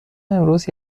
امروز